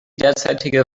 derzeitige